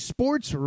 Sports